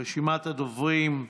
רשימת הדוברים,